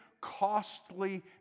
costly